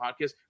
podcast